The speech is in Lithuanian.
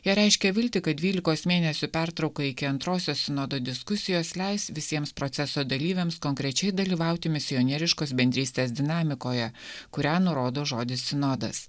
jie reiškė viltį kad dvylikos mėnesių pertrauka iki antrosios sinodo diskusijos leis visiems proceso dalyviams konkrečiai dalyvauti misionieriškos bendrystės dinamikoje kurią nurodo žodis sinodas